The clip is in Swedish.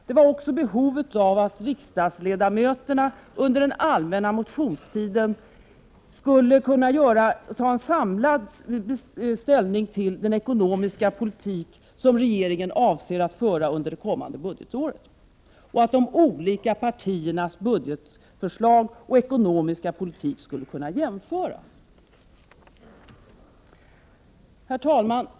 Det var också behovet av att riksdagens ledamöter under den allmänna motionstiden skulle kunna ta en samlad ställning till den ekonomiska politik som regeringen avser att föra under det kommande budgetåret. De olika partiernas budgetförslag och ekonomiska politik skulle därmed kunna jämföras. Herr talman!